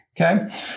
Okay